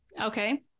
okay